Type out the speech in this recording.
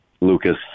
lucas